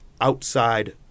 outside